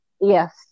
yes